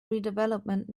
redevelopment